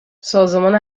سازمان